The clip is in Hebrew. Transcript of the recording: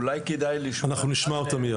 אולי כדאי לשמוע אותם.